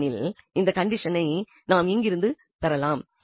ஏனெனில் இந்த கண்டிஷனை நாம் இங்கிருந்து பெறலாம்